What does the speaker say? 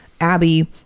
abby